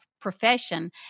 profession